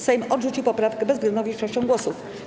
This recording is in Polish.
Sejm odrzucił poprawkę bezwzględną większością głosów.